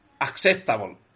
acceptable